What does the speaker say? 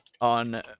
on